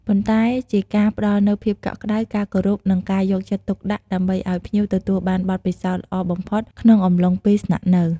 ប៉ុន្តែជាការផ្តល់នូវភាពកក់ក្តៅ ការគោរព និងការយកចិត្តទុកដាក់ ដើម្បីឲ្យភ្ញៀវទទួលបានបទពិសោធន៍ល្អបំផុតក្នុងអំឡុងពេលស្នាក់នៅ។